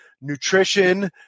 nutrition